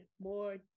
more